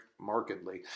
markedly